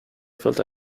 felt